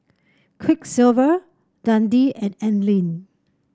Quiksilver Dundee and Anlene